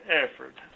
effort